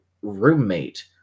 roommate